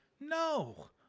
no